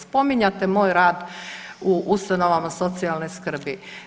Spominjate moj rad u ustanovama socijalne skrbi.